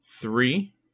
three